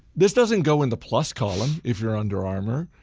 this doesn't go in the plus column if you're under armour.